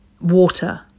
water